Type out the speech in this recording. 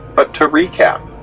but to recap,